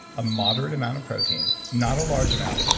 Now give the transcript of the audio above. a moderate amount of protein, not a large amount, ah